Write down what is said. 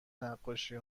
نقاشی